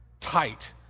Tight